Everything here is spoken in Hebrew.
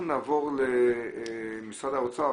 אנחנו נעבור למשרד האוצר,